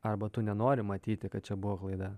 arba tu nenori matyti kad čia buvo klaida